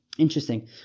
Interesting